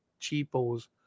cheapos